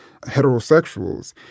heterosexuals